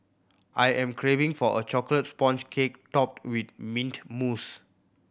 I am craving for a chocolate sponge cake topped with mint mousse